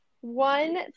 one